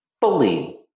fully